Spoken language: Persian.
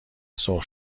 سرخ